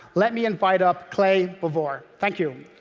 let me invite up clay bavor. thank you.